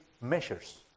measures